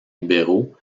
libéraux